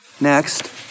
Next